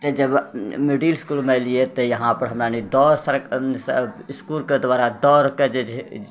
तऽ जब मिडिल इसकुलमे एलियै तऽ यहाँ पर हमरा सनि दौड़के हमरा सभ इसकुलके दुआरा दौड़के जेछै